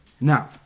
Now